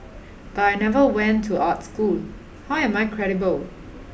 but I never went to art school how am I credible